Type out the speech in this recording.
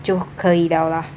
就可以 liao 啦